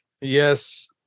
Yes